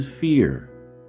fear